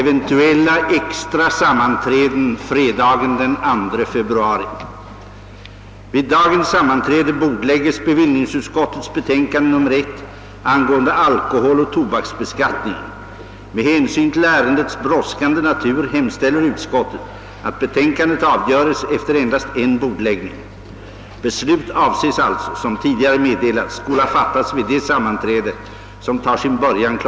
Vid dagens sammanträde bordlägges bevillningsutskottets betänkande nr 1 angående alkoholoch tobaksbeskattningen. Med hänsyn till ärendets brådskande natur hemställer utskottet att betänkandet avgöres efter endast en bordläggning. Beslut avses alltså, såsom tidigare meddelats, skola fattas vid det sammanträde som tar sin början kl.